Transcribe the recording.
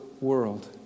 world